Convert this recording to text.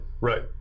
Right